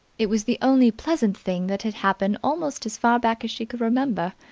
it was the only pleasant thing that had happened almost as far back as she could remember.